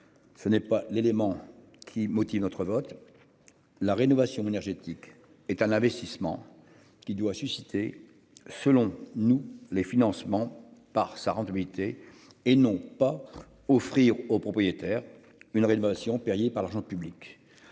Ce n'est pas l'élément qui motive notre vote. La rénovation énergétique est un investissement qui doit susciter selon nous les financements par sa rentabilité et non pas offrir aux propriétaires une rénovation Perrier par l'argent public.